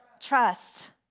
Trust